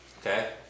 okay